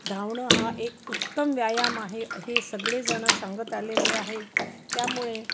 धावणं हा एक उत्तम व्यायाम आहे हे सगळेजण सांगत आलेले आहे त्यामुळे